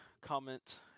comment